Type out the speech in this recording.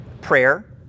Prayer